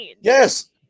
yes